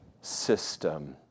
system